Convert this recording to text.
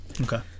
okay